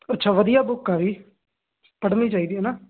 ਅੱਛਾ ਵਧੀਆ ਬੁੱਕ ਆ ਵੀ ਪੜ੍ਹਨੀ ਚਾਹੀਦੀ ਹੈ ਨਾ